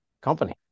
company